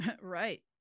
Right